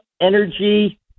energy